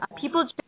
People